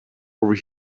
over